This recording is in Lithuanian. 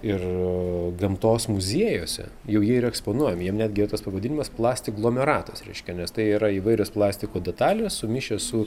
ir gamtos muziejuose jau jie yra eksponuojami jam netgi tas pavadinimas plastiglomeratas reiškia nes tai yra įvairios plastiko detalės sumišę su